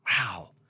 wow